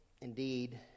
indeed